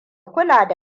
kula